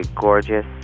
Gorgeous